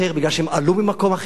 מפני שהם עלו ממקום אחר.